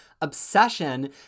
obsession